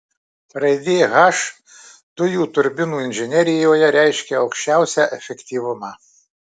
raidė h dujų turbinų inžinerijoje reiškia aukščiausią efektyvumą